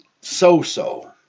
so-so